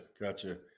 gotcha